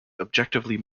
objectively